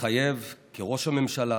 מתחייב כראש הממשלה